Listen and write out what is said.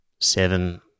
seven